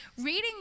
Reading